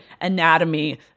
anatomy